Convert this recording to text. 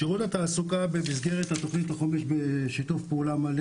שירות התעסוקה עובד בשיתוף פעולה מלא